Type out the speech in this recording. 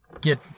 Get